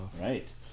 right